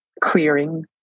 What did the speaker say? clearing